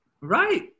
right